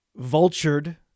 vultured